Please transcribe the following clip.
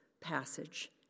passage